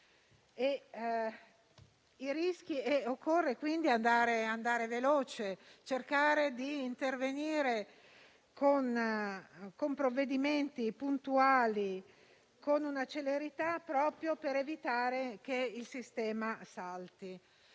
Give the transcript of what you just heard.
Occorre quindi andare veloci e cercare di intervenire con provvedimenti puntuali e con una celerità volta proprio a evitare che il sistema salti.